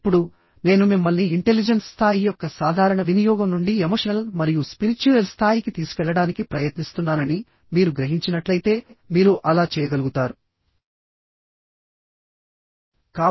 ఇప్పుడు నేను మిమ్మల్ని ఇంటెలిజెన్స్ స్థాయి యొక్క సాధారణ వినియోగం నుండి ఎమోషనల్ మరియు స్పిరిచ్యుయల్ స్థాయికి తీసుకెళ్లడానికి ప్రయత్నిస్తున్నానని మీరు గ్రహించినట్లయితే మీరు అలా చేయగలుగుతారు